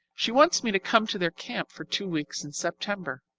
she wants me to come to their camp for two weeks in september.